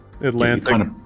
Atlantic